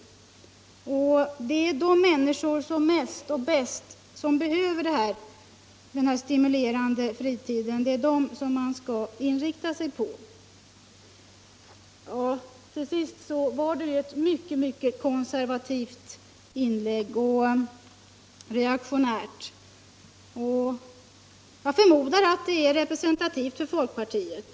Man bör därvid inrikta sig på de människor som bäst behöver den här stimulerande fritiden. Herr Romanus inlägg var mycket konservativt och reaktionärt. Jag förmodar att det är representativt för folkpartiet.